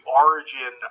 origin